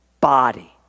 body